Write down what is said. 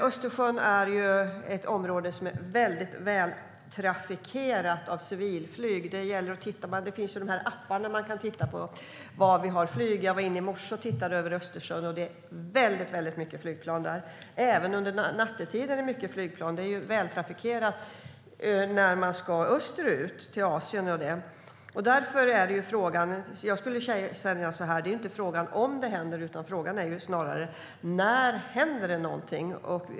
Östersjön är ett område som är vältrafikerat av civilflyg. Man kan titta på appar som visar var vi har flyg. Jag var inne i morse och tittade över Östersjön, och det är väldigt många flygplan där - även under nattetid. Det är vältrafikerat när man ska österut, till Asien och så vidare. Jag skulle vilja säga att frågan inte är om det händer utan snarare när det händer någonting.